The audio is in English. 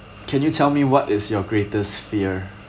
can you tell me what is your greatest fear